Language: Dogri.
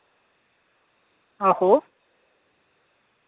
आहो